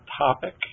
topic